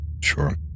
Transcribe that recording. Sure